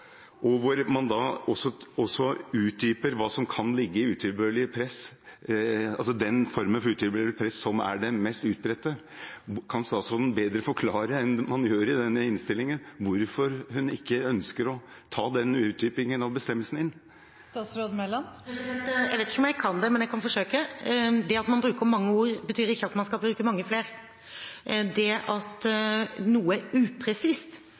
og hvor man utdyper hva som kan ligge i den formen for utilbørlig press som er den mest utbredte, kan statsråden, bedre enn man gjør i denne innstillingen, forklare hvorfor hun ikke ønsker å ta inn den utdypingen av bestemmelsen? Jeg vet ikke om jeg kan det, men jeg kan forsøke. Det at man bruker mange ord, betyr ikke at man skal bruke mange flere. Det at noe er upresist,